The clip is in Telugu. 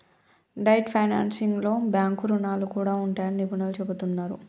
డెట్ ఫైనాన్సింగ్లో బ్యాంకు రుణాలు కూడా ఉంటాయని నిపుణులు చెబుతున్నరు